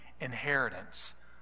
inheritance